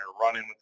running